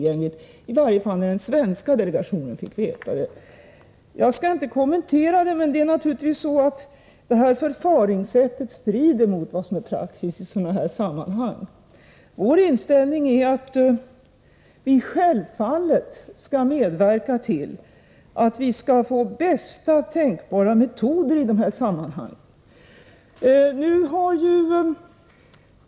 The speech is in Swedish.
Det gäller i varje fall den svenska delegationen. Jag skall inte närmare kommentera detta. Men naturligtvis strider detta förfaringssätt mot vad som är praxis i sådana här sammanhang. Vår inställning är att vi självfallet skall medverka till att vi får bästa tänkbara metoder i de här sammanhangen.